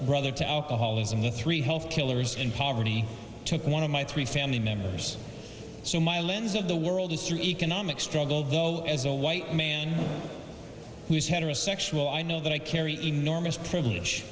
brother to alcoholism the three health killers in poverty took one of my three family members so my lens of the world is through economic struggle though as a white man who's heterosexual i know that i carry enormous privilege